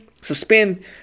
Suspend